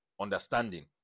understanding